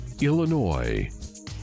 Illinois